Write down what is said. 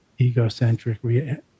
egocentric